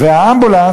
והאמבולנס,